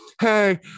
Hey